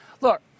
Look